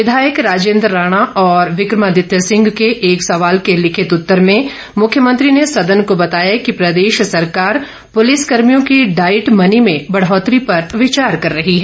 विधायक राजेंद्र राणा और विक्रमादित्य सिंह के एक सवाल के लिखित उत्तर में मुख्यमंत्री ने सदन को बताया कि प्रदेश सरकार पुलिस कर्मियों की डाइट मनी में बढ़ोतरी पर विचार कर रही है